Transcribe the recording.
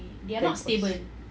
divorce